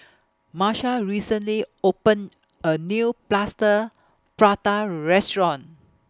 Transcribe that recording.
Marsha recently opened A New Plaster Prata Restaurant